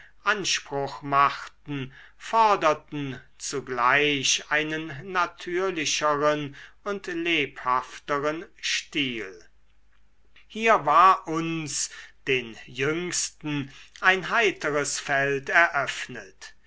anspruch machten forderten zugleich einen natürlicheren und lebhafteren stil hier war uns den jüngsten ein heiteres feld eröffnet